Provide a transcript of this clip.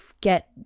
get